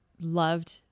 loved